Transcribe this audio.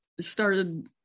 started